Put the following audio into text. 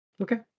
Okay